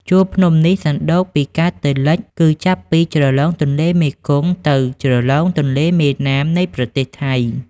ជួរភ្នំនេះសណ្ដូកពីកើតទៅលិច គឺចាប់ពីជ្រលង ទន្លេមេគង្គ ទៅជ្រលងទន្លេមេណាមនៃប្រទេសថៃ ។